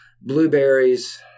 blueberries